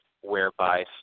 whereby